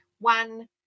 one